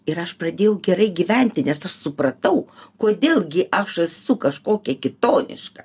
ir aš pradėjau gerai gyventi nes supratau kodėl gi aš esu kažkokia kitoniška